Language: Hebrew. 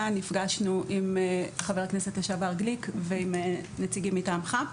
נפגשנו עם חבר הכנסת לשעבר גליק ועם נציגים מטעמך.